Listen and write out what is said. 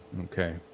Okay